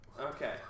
Okay